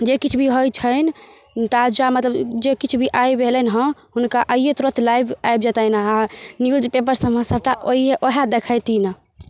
जे किछु भी होइ छनि ताजा मतलब जे किछु भी आइ भेलनि हँ हुनका आइए तुरन्त लाइव आबि जेतनि आओर न्यूज पेपरसबमे सबटा वएह वएह देखेथिन